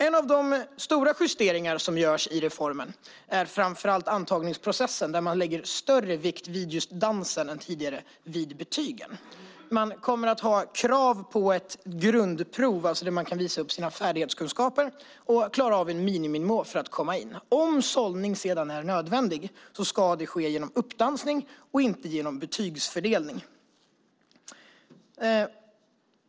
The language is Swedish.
En av de stora justeringar som görs i reformen är framför allt antagningsprocessen, där man lägger större vikt vid just dansen än som tidigare vid betygen. Man kommer att ha krav på ett grundprov, där eleverna kan visa upp sina färdighetskunskaper och klara av en miniminivå för att komma in. Om sållning sedan är nödvändig ska det ske genom uppdansning och inte genom betygsfördelning.